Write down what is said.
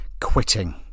Quitting